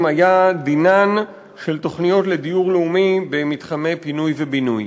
היה דינן של תוכניות לדיור לאומי במתחמי פינוי ובינוי.